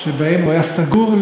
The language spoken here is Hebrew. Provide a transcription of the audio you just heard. שבהן הוא היה סגור?